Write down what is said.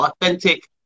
authentic